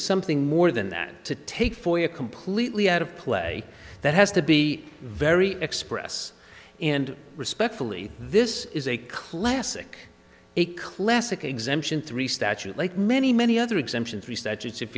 something more than that to take for you a completely out of play that has to be very express and respectfully this is a classic a classic exemption three statute like many many other exemptions three statutes if